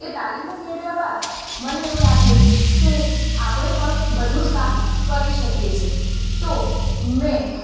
એ તલીમો મેળવ્યા બાદ મને એવું લાગ્યું કે આપણે પણ બધું જ કામ કરી શકીએ છીએ તો મેં